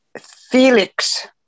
Felix